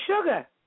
sugar